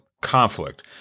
conflict